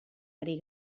ari